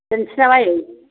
दोननोसै नामा आयै